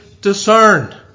discerned